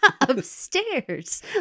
Upstairs